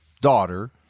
daughter